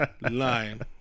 Lying